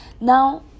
Now